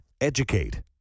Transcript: Educate